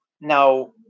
now